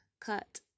Cut